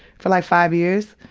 for like, five years.